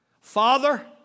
Father